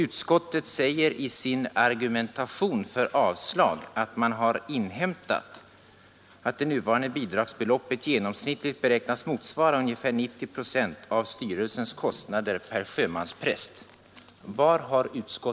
Utskottet säger i sin argumentation för avslag att man har inhämtat att det nuvarande bidragsbeloppet genomsnittligt beräknas motsvara ungefär 90 procent av styrelsens kostnader per sjömanspräst.